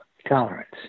Tolerance